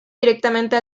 directamente